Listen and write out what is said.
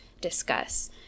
discuss